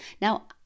Now